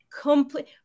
complete